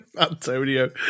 Antonio